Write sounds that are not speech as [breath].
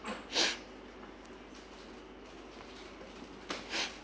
[breath]